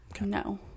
No